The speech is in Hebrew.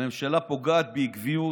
הממשלה פוגעת בעקביות,